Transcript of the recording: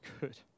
good